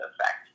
effect